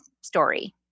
story